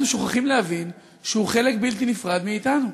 שוכחים להבין שהוא חלק בלתי נפרד מאתנו,